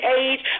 age